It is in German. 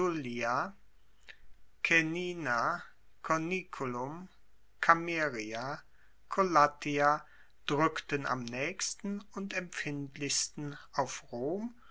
collatia drueckten am naechsten und empfindlichsten auf rom